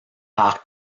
par